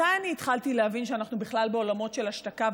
מתי אני התחלתי להבין שאנחנו בכלל בעולמות של השתקה,